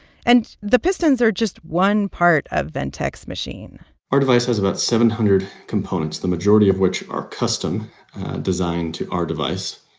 and the pistons are just one part of ventec's machine our device has about seven hundred components, the majority of which are custom designed to our device.